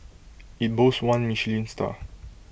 IT boasts one Michelin star